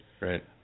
Right